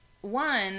one